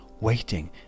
waiting